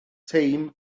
teim